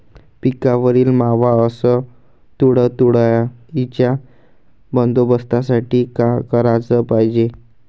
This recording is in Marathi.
पिकावरील मावा अस तुडतुड्याइच्या बंदोबस्तासाठी का कराच पायजे?